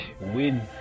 win